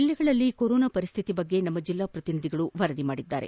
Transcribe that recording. ಜಿಲ್ಲೆಗಳಲ್ಲಿ ಕೊರೋನಾ ಪರಿಸ್ಥಿತಿ ಕುರಿತು ನಮ್ನ ಜಿಲ್ಲಾ ಪ್ರತಿನಿಧಿಗಳು ವರದಿ ಮಾಡಿದ್ದಾರೆ